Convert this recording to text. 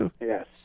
Yes